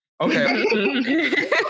Okay